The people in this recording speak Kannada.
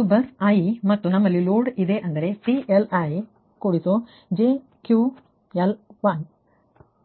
ಹಾಗಾಗಿ ಇದು ಬಸ್ i ಮತ್ತು ನಮ್ಮಲ್ಲಿ ಲೋಡ್ ಇದೆ ಅಂದರೆ P Li jQ L1